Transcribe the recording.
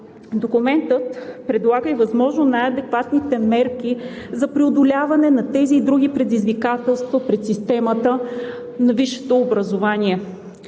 Документът предлага и възможно най-адекватните мерки за преодоляване на тези и други предизвикателства пред системата на висшето образование.